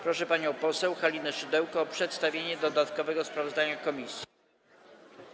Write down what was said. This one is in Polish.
Proszę panią poseł Halinę Szydełko o przedstawienie dodatkowego sprawozdania komisji.